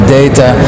data